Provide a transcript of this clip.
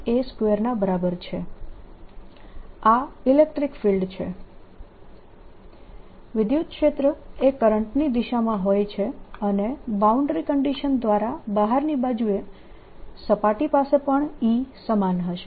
Eρ Jρ I a2 વિદ્યુતક્ષેત્ર એ કરંટની દિશામાં હોય છે અને બાઉન્ડ્રી કન્ડીશન દ્વારા બહારની બાજુએ સપાટી પાસે પણ E સમાન હશે